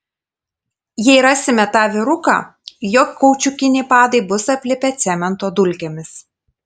jei rasime tą vyruką jo kaučiukiniai padai bus aplipę cemento dulkėmis